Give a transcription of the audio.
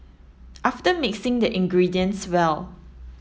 after mixing the ingredients well